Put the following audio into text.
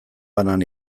banan